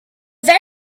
very